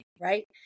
right